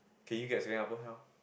can you get Singapore